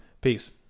Peace